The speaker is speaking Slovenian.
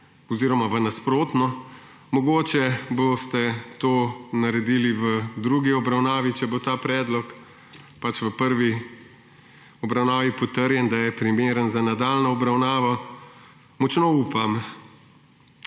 oziroma v nasprotno. Mogoče boste to naredili v drugi obravnavi, če bo ta predlog v prvi obravnavi potrjen, da je primeren za nadaljnjo obravnavo. Močno upam.